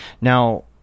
now